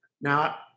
Now